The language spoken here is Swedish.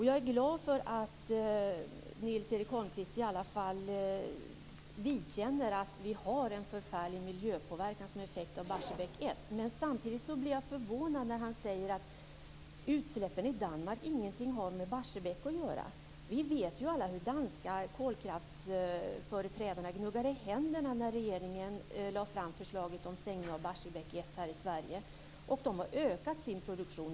Jag är glad för att Nils-Göran Holmqvist i varje fall vidgår att vi har en förfärlig miljöpåverkan som effekt av Barsebäck 1. Men samtidigt blir jag förvånad när han säger att utsläppen i Danmark inte har någonting med Barsebäck att göra. Vi vet ju alla att de danska kolkraftsföreträdarna gnuggade händerna när regeringen lade fram förslaget om stängning av Barsebäck 1 här i Sverige. De har ökat sin produktion.